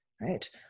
right